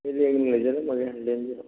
ꯑꯗꯨꯗꯤ ꯑꯩ ꯑꯗꯨꯝ ꯂꯩꯖꯔꯝꯂꯒꯦ ꯂꯦꯡꯕꯤꯔꯛꯑꯣ